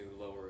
lower